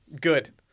Good